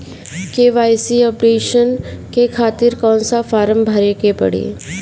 KYC updation के खातिर कौन सा फारम भरे के पड़ी?